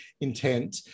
intent